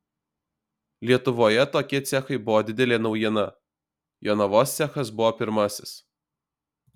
lietuvoje tokie cechai buvo didelė naujiena jonavos cechas buvo pirmasis